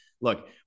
Look